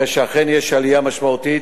הרי שאכן יש עלייה משמעותית.